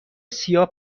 سیاه